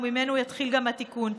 וממנו יתחיל גם התיקון.